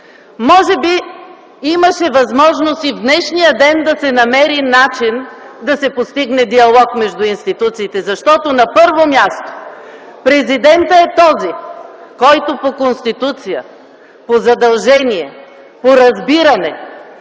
Може би имаше възможност и в днешния ден да се намери начин да се постигне диалог между институциите, защото на първо място президентът е този, който по Конституция, по задължение, по разбиране,